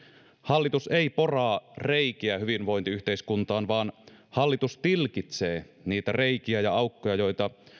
hallitus ei poraa reikiä hyvinvointiyhteiskuntaan vaan hallitus tilkitsee niitä reikiä ja aukkoja joita